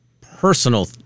personal